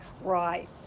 Right